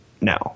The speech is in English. No